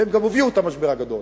והם גם הביאו את המשבר הגדול.